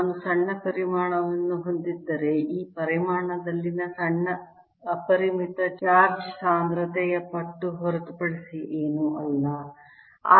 ನಾನು ಸಣ್ಣ ಪರಿಮಾಣವನ್ನು ಹೊಂದಿದ್ದರೆ ಈ ಪರಿಮಾಣದಲ್ಲಿನ ಸಣ್ಣ ಅಪರಿಮಿತ ಚಾರ್ಜ್ ಚಾರ್ಜ್ ಸಾಂದ್ರತೆಯ ಪಟ್ಟು ಹೊರತುಪಡಿಸಿ ಏನೂ ಆಗಿರಲಿಲ್ಲ